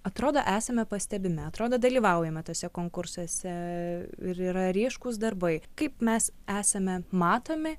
atrodo esame pastebimi atrodo dalyvaujame tuose konkursuose ir yra ryškūs darbai kaip mes esame matomi